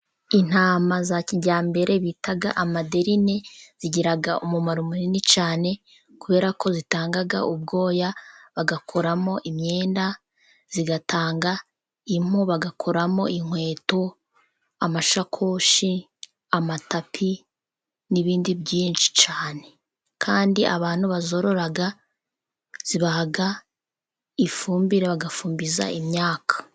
Intama za kijyambere bita amaderini zigira umumaro munini cyane, kubera ko zitanga ubwoya bagakoramo imyenda, zigatanga impu bagakoramo inkweto, amashakoshi, amatapi, n'ibindi byinshi cyane. Kandi abantu bazorora, zibaha ifumbire bagafumbiza imyaka.